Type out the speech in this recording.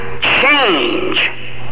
change